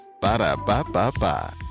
Ba-da-ba-ba-ba